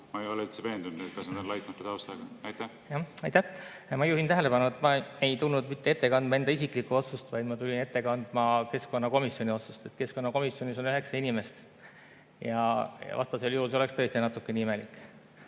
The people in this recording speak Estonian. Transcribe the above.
ma ei ole üldse veendunud, kas nad on laitmatu taustaga? Juhin tähelepanu, et ma ei tulnud mitte ette kandma enda isiklikku otsust, vaid ma tulin ette kandma keskkonnakomisjoni otsust. Keskkonnakomisjonis on üheksa inimest. Vastasel juhul see oleks tõesti natukene imelik.